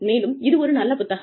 மேலும் இது ஒரு நல்ல புத்தகம்